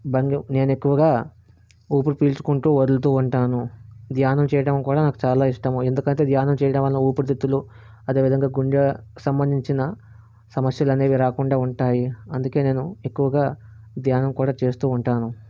భంగి నేను ఎక్కువగా ఊపిరి పీల్చుకుంటూ వదులుతూ ఉంటాను ధ్యానం చేయడం కూడా నాకు చాలా ఇష్టము ఎందుకంటే ధ్యానం చేయడం వల్ల ఊపిరితిత్తులు అదేవిధంగా గుండె సంబంధించిన సమస్యలు అనేవి రాకుండా ఉంటాయి అందుకే నేను ఎక్కువగా ధ్యానం కూడా చేస్తూ ఉంటాను